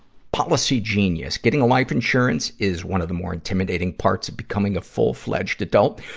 policygenius. getting life insurance is one of the more intimidating parts of becoming a full-fledged adult.